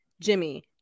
jimmy